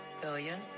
billion